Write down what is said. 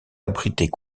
abritait